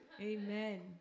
amen